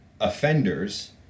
offenders